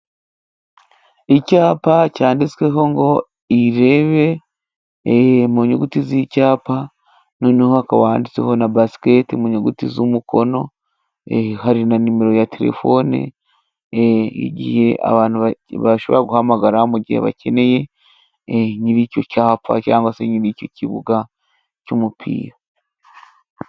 Icyapa cyanditsweho ngo irebe mu nyuguti z'icyapa noneho hakaba handiditsweho na basiketi mu nyuguti z'umukono, hari na nimero ya telefoni, igihe abantu bashobora guhamagara mu gihe bakeneye nyiri icyo cyapfa cyangwa se nyiri icyo kibuga cy'umupira.